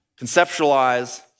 conceptualize